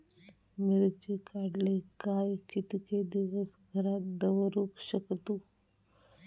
मिर्ची काडले काय कीतके दिवस घरात दवरुक शकतू?